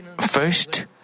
First